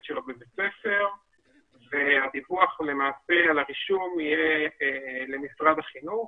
שלו בבית הספר והדיווח על הרישום יהיה למשרד החינוך